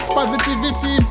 Positivity